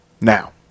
Now